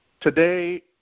Today